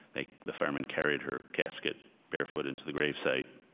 the the firemen carried her casket barefoot into the gravesite.